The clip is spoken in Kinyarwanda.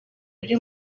ari